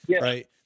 right